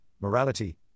morality